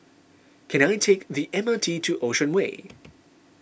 can I take the M R T to Ocean Way